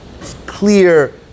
clear